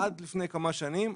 עד לפני כמה שנים,